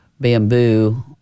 Bamboo